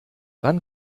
wann